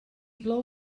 plou